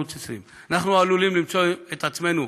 ערוץ 20. אנחנו עלולים למצוא את עצמנו